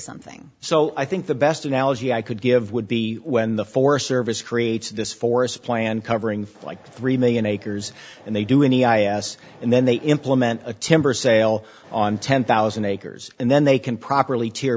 something so i think the best analogy i could give would be when the forest service creates this forest plan covering like three million acres and they do any i a s and then they implement a timber sale on ten thousand acres and then they can properly t